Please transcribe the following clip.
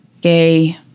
gay